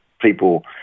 People